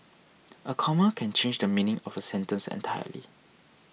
a comma can change the meaning of a sentence entirely